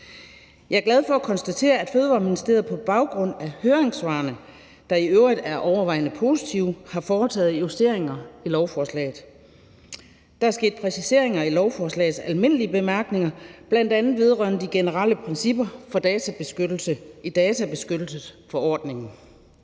Jeg er glad for at konstatere, at Fødevareministeriet på baggrund af høringssvarene, der i øvrigt er overvejende positive, har foretaget justeringer af lovforslaget. Der er sket præciseringer i lovforslagets almindelige bemærkninger, bl.a. vedrørende de generelle principper for databeskyttelse i databeskyttelsesforordningen.